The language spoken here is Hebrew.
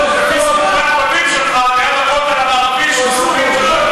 2,500 שנה לפני שמוחמד קשר את הסוס,